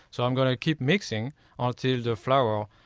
so i'm going to keep mixing ah until the flour